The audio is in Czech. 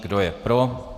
Kdo je pro?